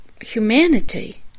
humanity